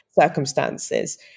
circumstances